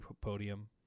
podium